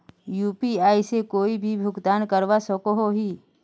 UPI से कोई भी भुगतान करवा सकोहो ही?